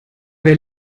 wer